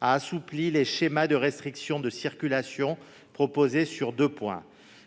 assoupli les schémas de restriction de circulation sur deux points :